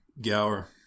Gower